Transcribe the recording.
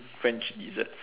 french desserts